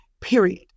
period